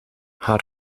haar